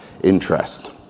interest